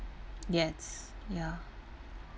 yes yeah